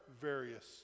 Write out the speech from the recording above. various